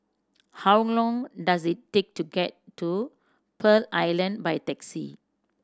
how long does it take to get to Pearl Island by taxi